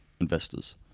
investors